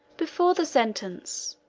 before the sentence,